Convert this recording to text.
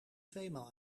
tweemaal